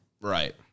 right